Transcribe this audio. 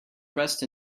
pressed